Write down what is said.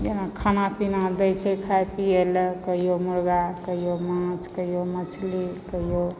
खाना पीना दैत छै खाय पियलऽ कहिओ मुर्गा कहिओ माछ कहिओ मछली कहिओ